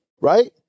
Right